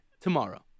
Tomorrow